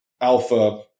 alpha